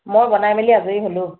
মই বনাই মেলি আজৰি হ'লোঁ